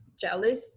jealous